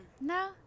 No